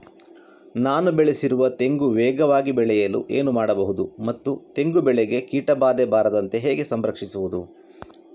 ನಾನು ಬೆಳೆಸಿರುವ ತೆಂಗು ವೇಗವಾಗಿ ಬೆಳೆಯಲು ಏನು ಮಾಡಬಹುದು ಮತ್ತು ತೆಂಗು ಬೆಳೆಗೆ ಕೀಟಬಾಧೆ ಬಾರದಂತೆ ಹೇಗೆ ಸಂರಕ್ಷಿಸುವುದು?